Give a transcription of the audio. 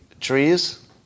trees